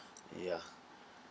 yeah